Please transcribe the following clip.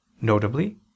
notably